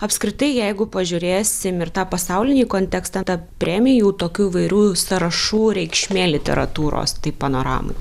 apskritai jeigu pažiūrėsim ir tą pasaulinį kontekstą tą premijų tokių įvairių sąrašų reikšmė literatūros panoramai